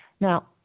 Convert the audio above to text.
Now